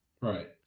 right